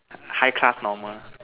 high class normal